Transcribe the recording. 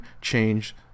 change